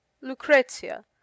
lucrezia